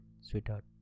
sweetheart